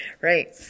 right